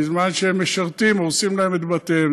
בזמן שהם משרתים הורסים להם את בתיהם.